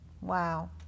Wow